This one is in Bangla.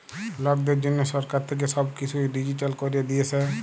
লকদের জনহ সরকার থাক্যে সব কিসু ডিজিটাল ক্যরে দিয়েসে